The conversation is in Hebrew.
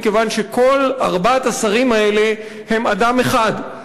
מכיוון שכל ארבעת השרים האלה הם אדם אחד,